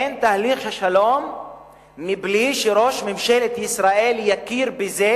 אין תהליך שלום מבלי שראש ממשלת ישראל יכיר בזה